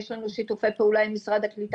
יש לנו שיתופי פעולה איתם.